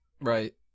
Right